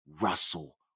Russell